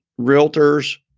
realtors